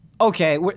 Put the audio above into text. okay